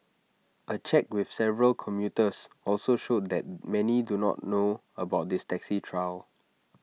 A check with several commuters also showed that many do not know about this taxi trial